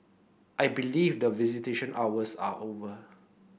I believe that visitation hours are over